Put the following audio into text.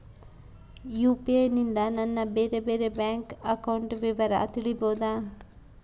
UPI ನಿಂದ ನನ್ನ ಬೇರೆ ಬೇರೆ ಬ್ಯಾಂಕ್ ಅಕೌಂಟ್ ವಿವರ ತಿಳೇಬೋದ?